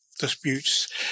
disputes